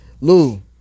Lou